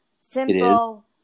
simple